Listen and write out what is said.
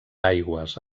aigües